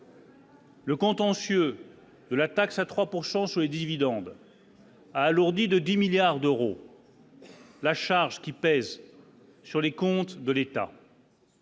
Le contentieux de la taxe à 3 pourcent sur les dividendes. Alourdie de 10 milliards d'euros. La charge qui pèse sur les comptes de l'État.